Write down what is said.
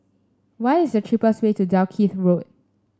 what is the cheapest way to Dalkeith Road